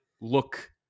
look